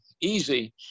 easy